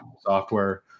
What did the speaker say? software